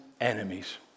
enemies